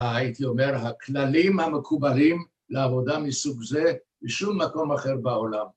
‫הייתי אומר, הכללים המקובלים ‫לעבודה מסוג זה ‫בשום מקום אחר בעולם.